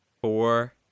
four